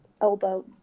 elbow